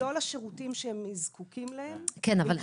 שוב: אם הם יקבלו את מכלול השירותים שהם זקוקים להם --- כן,